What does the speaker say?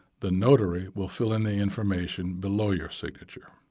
the notary will fill in the information below your signature.